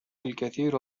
الكثير